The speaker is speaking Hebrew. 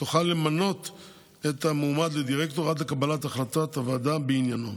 תוכל למנות את המועמד לדירקטור עד לקבלת החלטת הוועדה בעניינו,